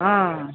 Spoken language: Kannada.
ಹಾಂ